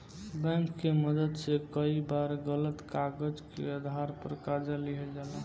bank के मदद से कई बार गलत कागज के आधार पर कर्जा लिहल जाला